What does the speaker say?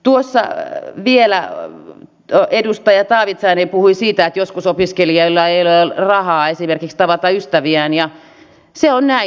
tuossa vielä edustaja taavitsainen puhui siitä että joskus opiskelijoilla ei ole rahaa esimerkiksi tavata ystäviään ja se on näin